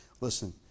Listen